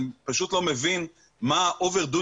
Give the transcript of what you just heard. אני פשוט לא מבין מה ה-Over doing